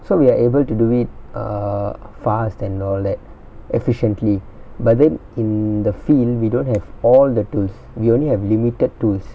so we are able to do it err fast and all that efficiently but then in the field we don't have all the tools we only have limited tools